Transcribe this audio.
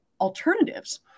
alternatives